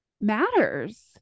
matters